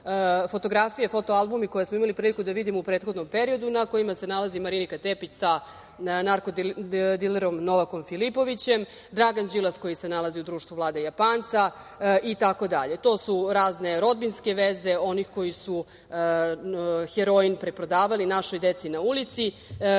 foto albumi koje smo imali priliku da vidimo u prethodnom periodu, na kojima se nalazi Marinika Tepić sa narko dilerom Novakom Filipovićem, Dragan Đilas koji se nalazi u društvu Vlade Japanca itd. To su razne rodbinske veze onih koji su heroin preprodavali našoj deci na ulici.